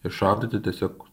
ir šaudyti tiesiog